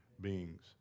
beings